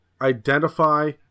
identify